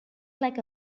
like